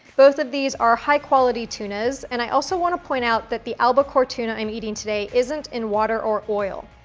both of these are high-quality tunas and i also wanna point out that the albacore tuna i'm eating today isn't in water or oil,